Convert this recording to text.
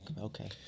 okay